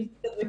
תודה, גברתי.